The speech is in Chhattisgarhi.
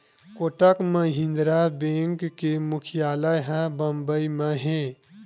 कोटक महिंद्रा बेंक के मुख्यालय ह बंबई म हे